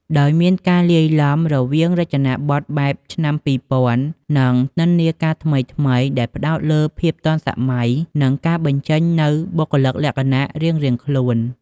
ដោយមានការលាយឡំរវាងរចនាបទបែបឆ្នាំ២០០០ និងនិន្នាការថ្មីៗដែលផ្ដោតលើ ភាពទាន់សម័យ និងការបញ្ចេញនូវបុគ្គលិកលក្ខណៈរៀងៗខ្លួន។